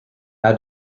how